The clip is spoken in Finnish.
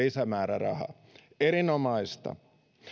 lisämääräraha erinomaista